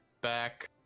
back